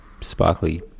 Sparkly